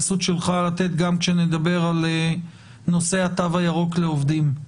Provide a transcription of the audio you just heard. הזה ואדבר בהרחבה על נושא התו הירוק לעובדים.